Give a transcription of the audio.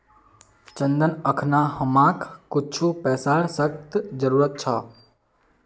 चंदन अखना हमाक कुछू पैसार सख्त जरूरत छ